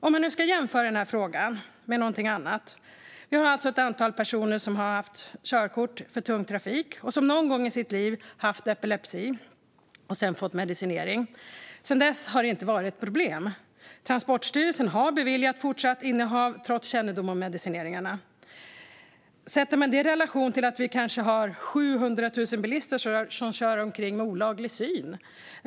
Vi kan jämföra den här frågan med någonting annat. Vi har alltså ett antal personer som har haft körkort för tung trafik och som någon gång i sitt liv har haft epilepsi men sedan fått medicinering. Sedan dess har det inte varit några problem, utan Transportstyrelsen har beviljat fortsatt innehav trots kännedom om medicineringen. Detta kan sättas i relation till att vi kanske har 700 000 bilister som kör omkring med olagligt dålig syn.